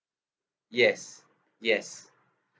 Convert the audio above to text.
yes yes